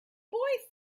boy